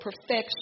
perfection